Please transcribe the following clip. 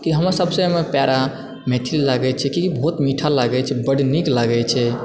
ई हमर सबसे प्यारा हमर मैथिली लागै छै कियाकि बहुत मीठा लागै छै बड़ नीक लागै छै